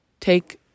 take